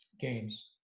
games